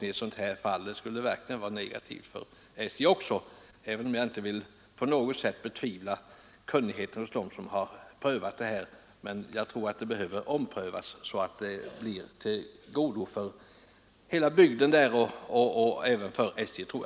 Jag tror att det skulle vara negativt för SJ, även om jag inte vill betvivla kunnigheten hos dem som har prövat ärendet. Men jag är övertygad om att det behöver omprövas, så att ett beslut kan fattas som blir till godo för hela bygden och även för SJ.